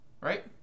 Right